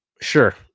sure